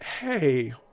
Hey